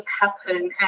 happen